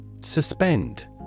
Suspend